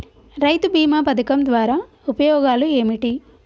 రైతు బీమా పథకం ద్వారా ఉపయోగాలు ఏమిటి?